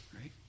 right